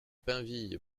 pinville